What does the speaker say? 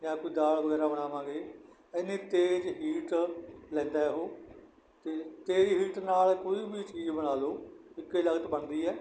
ਜਾਂ ਕੋਈ ਦਾਲ ਵਗੈਰਾ ਬਣਾਵਾਂਗੇ ਇੰਨੀ ਤੇਜ਼ ਹੀਟ ਲੈਂਦਾ ਹੈ ਉਹ ਅਤੇ ਤੇਜ ਹੀਟ ਨਾਲ ਕੋਈ ਵੀ ਚੀਜ਼ ਬਣਾ ਲਓ ਇੱਕੇ ਲਾਗਤ ਬਣਦੀ ਹੈ